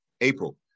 April